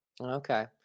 Okay